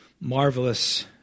Marvelous